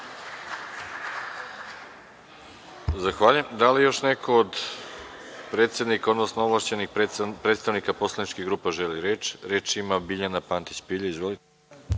Zahvaljujem. Da li još neko od predsednika, odnosno od ovlašćenih predstavnika poslaničkih grupa želi reč? Reč ima Biljana Pantić Pilja.